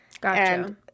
Gotcha